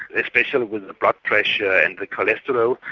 especially with the blood pressure and the cholesterol,